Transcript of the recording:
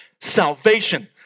Salvation